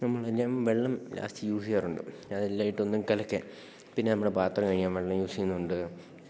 നമ്മളെല്ലാം വെള്ളം ലാസ്റ്റ് യൂസെയ്യാറുണ്ട് അതെല്ലാം ഇട്ടൊന്നു കലക്കാന് പിന്നെ നമ്മുടെ പാത്രം കഴുകാന് വെള്ളം യൂസ് ചെയ്യുന്നുണ്ട്